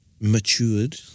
matured